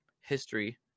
history